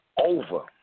over